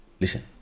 Listen